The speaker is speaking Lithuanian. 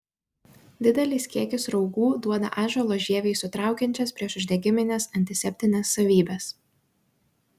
didelis kiekis raugų duoda ąžuolo žievei sutraukiančias priešuždegimines antiseptines savybes